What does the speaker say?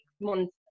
months